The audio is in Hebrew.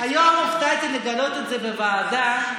היום הופתעתי לגלות את זה בוועדה.